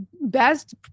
best